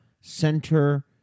Center